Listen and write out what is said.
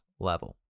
level